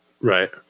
Right